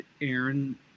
Aaron